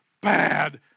bad